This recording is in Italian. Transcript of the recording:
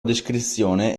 descrizione